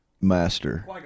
master